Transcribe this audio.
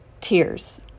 Tears